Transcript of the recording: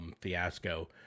fiasco